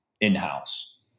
in-house